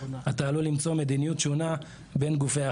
אתה עלול למצוא מדיניות שונה ביניהם.